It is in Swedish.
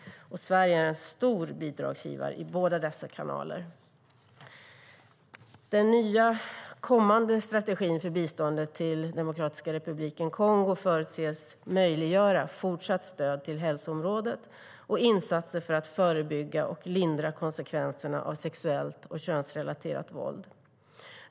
Sverige är en stor bidragsgivare i båda dessa kanaler. Den nya, kommande strategin för biståndet till Demokratiska republiken Kongo förutses möjliggöra fortsatt stöd till hälsoområdet och till insatser för att förebygga och lindra konsekvenserna av sexuellt och könsrelaterat våld.